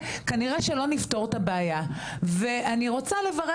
כנראה שלא נפתור את הבעיה ואני רוצה לברך